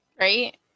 Right